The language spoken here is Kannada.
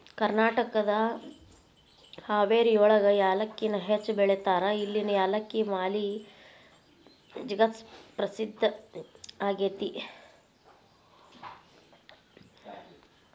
ಕರ್ನಾಟಕದ ಹಾವೇರಿಯೊಳಗ ಯಾಲಕ್ಕಿನ ಹೆಚ್ಚ್ ಬೆಳೇತಾರ, ಇಲ್ಲಿನ ಯಾಲಕ್ಕಿ ಮಾಲಿ ಜಗತ್ಪ್ರಸಿದ್ಧ ಆಗೇತಿ